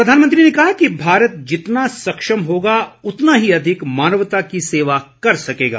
प्रधानमंत्री ने कहा कि भारत जितना सक्षम होगा उतना ही अधिक मानवता की सेवा कर सकेगा